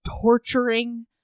torturing